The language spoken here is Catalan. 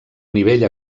nivell